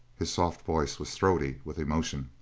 his soft voice was throaty with emotion.